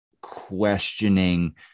questioning